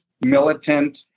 militant